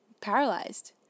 Paralyzed